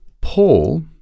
Paul